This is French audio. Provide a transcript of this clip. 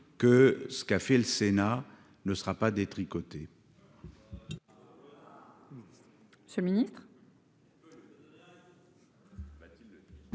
que ce qu'a fait le Sénat ne sera pas détricoter.